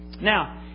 Now